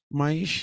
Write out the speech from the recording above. mas